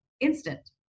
instant